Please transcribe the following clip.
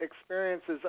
experiences